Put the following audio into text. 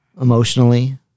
emotionally